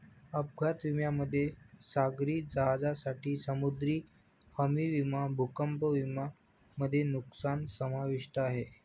अपघात विम्यामध्ये सागरी जहाजांसाठी समुद्री हमी विमा भूकंप विमा मध्ये नुकसान समाविष्ट आहे